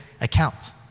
account